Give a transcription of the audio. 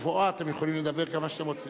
במבואה אתם יכולים לדבר כמה שאתם רוצים.